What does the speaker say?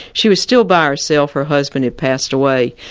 she was still by herself, her husband had passed away.